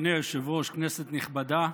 אדוני היושב-ראש, כנסת נכבדה,